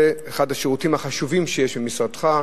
זה אחד השירותים החשובים שיש במשרדך,